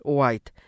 White